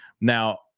Now